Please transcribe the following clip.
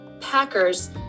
Packers